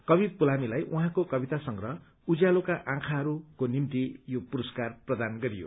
कवि पुलामीलाई उहाँको कविता संग्रह उज्यालोका आँखाहरूको निम्ति यो पुरस्कार प्रदान गरियो